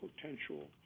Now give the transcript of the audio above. potential